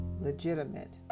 legitimate